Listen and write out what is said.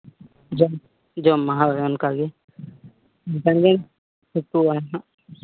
ᱡᱚᱢ ᱡᱚᱢ ᱢᱟ ᱚᱱᱠᱟ ᱜᱮ ᱦᱳᱭ ᱢᱮᱱᱫᱟᱹᱧ ᱴᱷᱤᱠᱚᱜ ᱟᱹᱧ ᱦᱟᱸᱜ